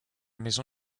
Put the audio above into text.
maison